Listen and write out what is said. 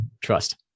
Trust